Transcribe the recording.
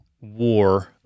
war